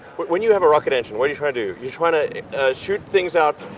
when you have a rocket engine, what're you trying to do? you're trying to shoot things out,